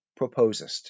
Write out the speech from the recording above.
proposest